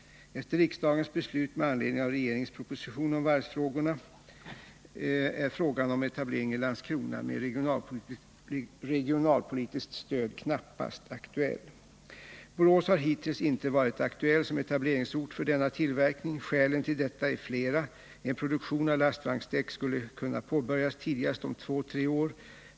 Efter riksdagens beslut med anledning av regeringens proposition om varvsfrågor är frågan om etablering i Landskrona med regionalpolitiskt stöd knappast aktuell. Borås har hittills inte varit aktuellt som etableringsort för denna tillverkning. Skälen till detta är flera. En produktion av lastvagnsdäck skulle kunna påbörjas tidigast om två tre år.